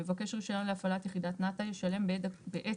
המבקש רישיון להפעלת יחידת נת"א ישלם בעת